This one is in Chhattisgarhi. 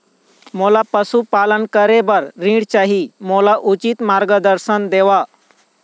मोला पशुपालन करे बर ऋण चाही, मोला उचित मार्गदर्शन देव?